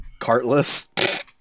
Cartless